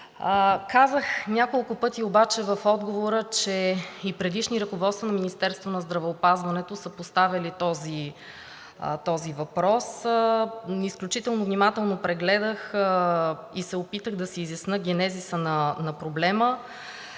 Казах няколко пъти обаче в отговора, че и предишни ръководства на Министерството на здравеопазването са поставяли този въпрос. Изключително внимателно прегледах и се опитах да си изясня генезиса на проблема,